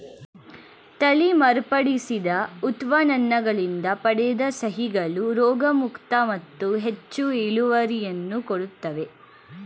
ತಳಿ ಮಾರ್ಪಡಿಸಿದ ಉತ್ಪನ್ನಗಳಿಂದ ಪಡೆದ ಸಸಿಗಳು ರೋಗಮುಕ್ತ ಮತ್ತು ಹೆಚ್ಚು ಇಳುವರಿಯನ್ನು ಕೊಡುತ್ತವೆ